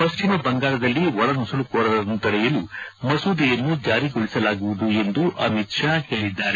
ಪಶ್ಚಿಮ ಬಂಗಾಳದಲ್ಲಿ ಒಳನುಸುಳುಕೋರರನ್ನು ತಡೆಯಲು ಮಸೂದೆಯನ್ನು ಜಾರಿಗೊಳಿಸಲಾಗುವುದು ಎಂದು ಅಮಿತ್ ಷಾ ಹೇಳಿದ್ದಾರೆ